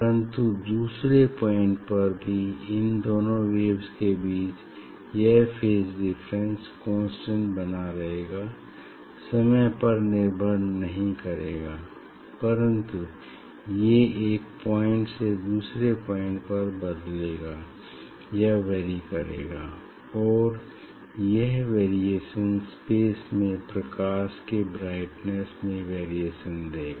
परन्तु दूसरे पॉइंट पर भी इन दोनों वेव्स के बीच यह फेज डिफरेंस कांस्टेंट बना रहेगा समय पर निर्भर नहीं करेगा परन्तु ये एक पॉइंट से दूसरे पॉइंट पर बदलेगा या वैरी करेगा और यह वेरिएशन स्पेस में प्रकाश के ब्राइटनेस में वेरिएशन देगा